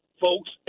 folks